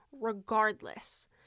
regardless